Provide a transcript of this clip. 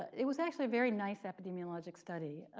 it was actually a very nice epidemiologic study.